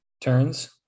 turns